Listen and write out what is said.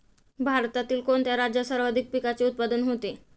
भारतातील कोणत्या राज्यात सर्वाधिक पिकाचे उत्पादन होते?